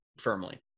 firmly